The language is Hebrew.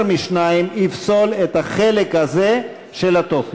אך סימון של יותר משניים יפסול את החלק הזה של הטופס.